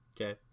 okay